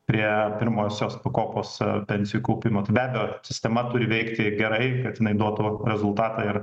prie pirmosios pakopos pensijų kaupimo tai be abejo sistema turi veikti gerai kad jinai duotų rezultatą ir